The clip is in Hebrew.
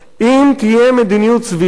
אם תהיה מדיניות סבירה,